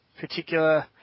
particular